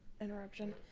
interruption